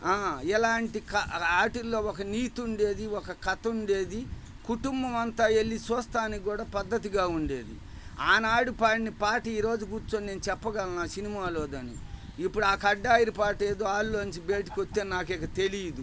ఇలాంటి వాటిల్లో ఒక నీతి ఉండేది ఒక కథ ఉండేది కుటుంబం అంతా వెళ్ళి చూడడానికి కూడా పద్ధతిగా ఉండేది ఆ నాడు పాడిన పాట ఈరోజు కూర్చొని నేను చెప్పగలను ఆ సినిమాలోనిది అని ఇప్పుడూ ఆ కట్ డ్రాయర్ పాట ఏదో హాల్లో నుంచి బయటికి వస్తే నాకు ఇక తెలీదు